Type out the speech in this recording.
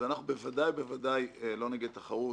אנחנו בוודאי ובוודאי לא נגד תחרות.